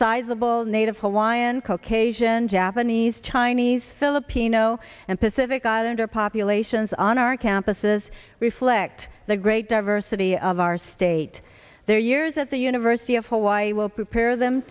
sizable native hawaiian called cajun japanese chinese filipino and pacific islander populations on our campuses reflect the great diversity of our state their years at the university of hawaii will prepare them